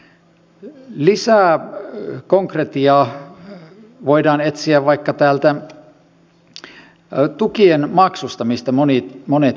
ehkä lisää konkretiaa voidaan etsiä vaikka täältä tukien maksusta mistä monet puhuivat